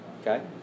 Okay